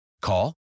Call